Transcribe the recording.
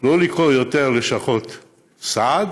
לא לקרוא לזה יותר "לשכות סעד",